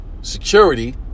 security